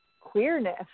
queerness